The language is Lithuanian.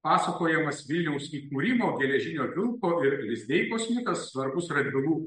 pasakojamas vilniaus įkūrimogeležinio vilko ir lizdeikos mitas svarbus radvilų